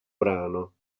brano